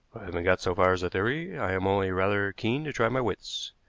haven't got so far as theory i am only rather keen to try my wits.